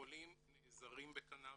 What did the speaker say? החולים נעזרים בקנאביס,